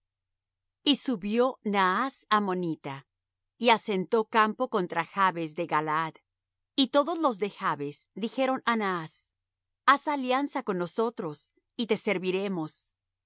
y subio naas ammonita y asentó campo contra jabes de galaad y todos los de jabes dijeron á naas haz alianza con nosotros y te serviremos